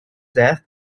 death